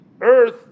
earth